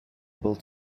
able